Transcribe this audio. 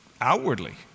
outwardly